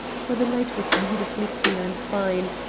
for the night was beautifully clear and fine,